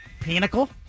pinnacle